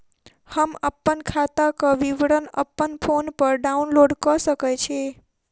हम अप्पन खाताक विवरण अप्पन फोन पर डाउनलोड कऽ सकैत छी?